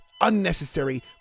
unnecessary